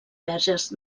verges